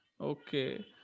Okay